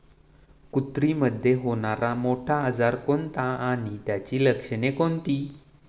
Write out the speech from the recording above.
कुत्रीमध्ये होणारा मोठा आजार कोणता आणि त्याची लक्षणे कोणती?